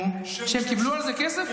שהם קיבלו על זה כסף?